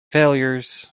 failures